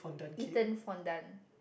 eaten fondant